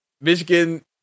Michigan